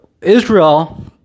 israel